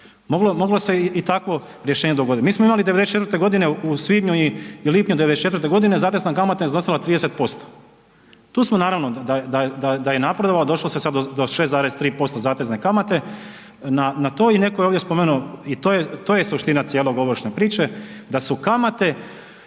Moglo se i takvo rješenje dogoditi. Mi smo imali 94. godine u svibnju i lipnju 94. godine zatezna kamata je iznosila 30%. Tu smo naravno, da je napredovalo, došlo se sad do 6,3% zatezne kamate na to i netko je ovdje spomenuo, to je suština cijele ovršne priče, da su kamate